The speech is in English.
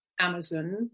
Amazon